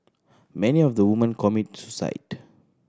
many of the woman commit suicide